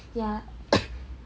ya